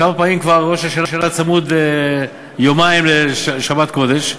כמה פעמים ראש השנה צמוד יומיים לשבת קודש?